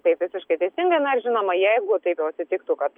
taip visiškai teisingai na žinoma jeigu taip jau atsitiktų kad